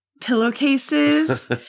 pillowcases